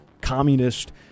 communist